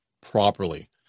properly